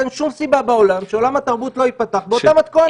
אין שום סיבה שבעולם שעולם התרבות ייפתח באותה מתכונת.